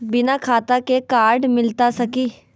बिना खाता के कार्ड मिलता सकी?